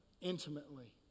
intimately